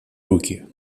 руки